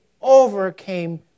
overcame